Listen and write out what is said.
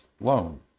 loan